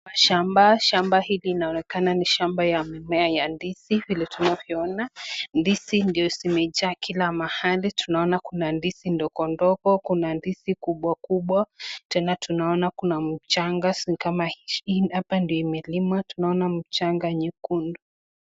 shamba shamba ili inaonekana ni shamba ya mimea ya ndizi vile tunavyoona ndizi ndio zimejaa kila mahali tunaona kuna ndizi ndogo ndogo na kuna ndizi kubwa kubwa tena tunaona kuna mchanga inaonekana hapa ndio imelimwa tunaona mchanga nyekundu